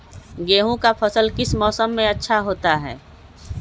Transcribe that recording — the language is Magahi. गेंहू का फसल किस मौसम में अच्छा होता है?